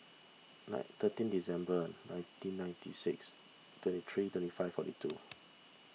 nine thirteen December nineteen ninety six twenty three twenty five forty two